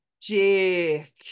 Jake